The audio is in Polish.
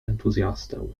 entuzjastę